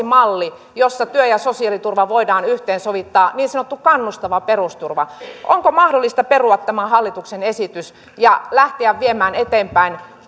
malli jossa työ ja sosiaaliturva voidaan yhteensovittaa niin sanottu kannustava perusturva onko mahdollista perua tämä hallituksen esitys ja lähteä viemään eteenpäin